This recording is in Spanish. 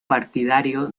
partidario